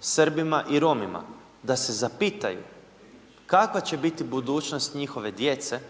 Srbima i Romima da se zapitaju kakva će biti budućnost njihove djece